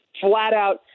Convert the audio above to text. flat-out